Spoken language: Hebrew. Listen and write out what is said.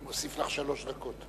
אני מוסיף לך שלוש דקות.